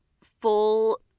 full